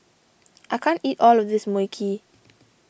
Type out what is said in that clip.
I can't eat all of this Mui Kee